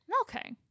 Okay